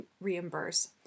reimburse